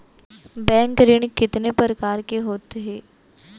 Bank ऋण कितने परकार के होथे ए?